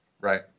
Right